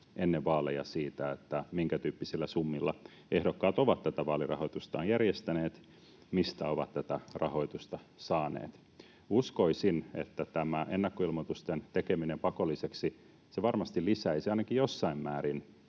ennen vaaleja siitä, minkätyyppisillä summilla ehdokkaat ovat tätä vaalirahoitustaan järjestäneet, mistä ovat tätä rahoitusta saaneet. Uskoisin, että tämä ennakkoilmoitusten tekeminen pakolliseksi lisäisi varmasti ainakin jossain määrin